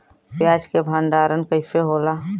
प्याज के भंडारन कइसे होला?